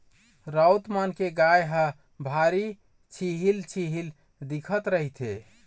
राउत मन के गाय ह भारी छिहिल छिहिल दिखत रहिथे